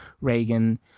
Reagan